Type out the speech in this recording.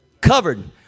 covered